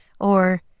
or—